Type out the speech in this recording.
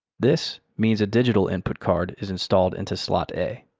this means a digital input card is installed into slot a.